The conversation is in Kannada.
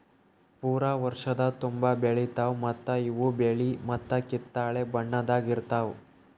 ಪೂರಾ ವರ್ಷದ ತುಂಬಾ ಬೆಳಿತಾವ್ ಮತ್ತ ಇವು ಬಿಳಿ ಮತ್ತ ಕಿತ್ತಳೆ ಬಣ್ಣದಾಗ್ ಇರ್ತಾವ್